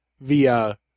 via